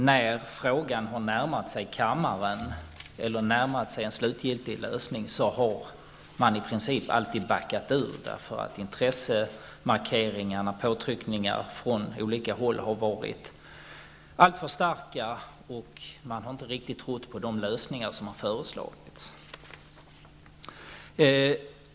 När frågan har närmat sig kammaren och en slutgiltig lösning har man i princip alltid backat ur, eftersom intressemarkeringar och påtryckningar från olika håll har varit alltför starka. Man har inte heller riktigt trott på de lösningar som har föreslagits.